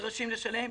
נדרשים לשלם.